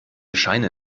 scheine